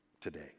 today